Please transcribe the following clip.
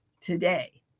today